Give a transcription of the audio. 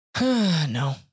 no